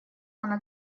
она